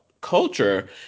culture